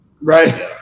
Right